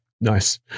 nice